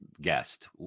guest